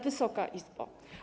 Wysoka Izbo!